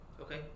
Okay